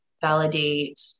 validate